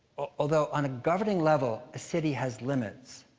although, on a governing level, a city has limits,